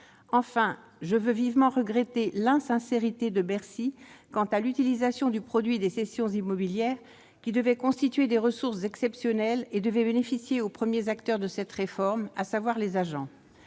Enfin, je veux vivement regretter l'insincérité de Bercy quant à l'utilisation du produit des cessions immobilières, qui devaient constituer des ressources exceptionnelles et bénéficier aux premiers acteurs de cette réforme, à savoir les agents.